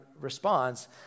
responds